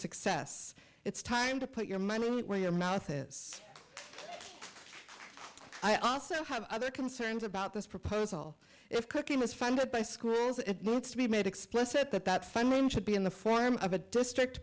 success it's time to put your money where your mouth is i also have other concerns about this proposal if cooking was funded by schools it moves to be made explicit that that fund room should be in the form of a district